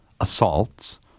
assaults